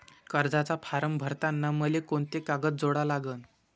कर्जाचा फारम भरताना मले कोंते कागद जोडा लागन?